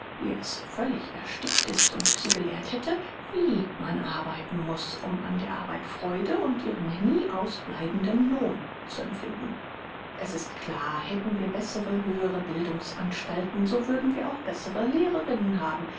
völlig erstickt ist und sie gelehrt hätte wie man arbeiten muß um an der arbeit freude und ihren nie ausbleibenden lohn zu empfinden es ist klar hätten wir bessere höhere bildungsanstalten so würden wir auch bessere lehrerinnen haben